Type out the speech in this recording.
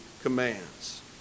commands